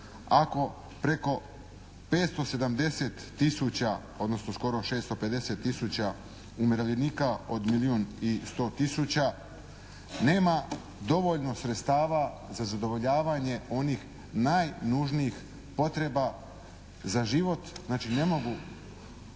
ako preko 570 tisuća, odnosno skoro 650 tisuća umirovljenika od milijun i 100 tisuća nema dovoljno sredstava za zadovoljavanje onih najnužnijih potreba za život, znači ne mogu